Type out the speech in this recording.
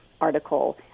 article